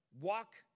walk